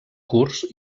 curts